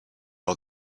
all